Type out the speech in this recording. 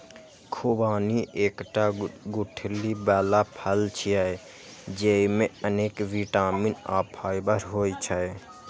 खुबानी एकटा गुठली बला फल छियै, जेइमे अनेक बिटामिन आ फाइबर होइ छै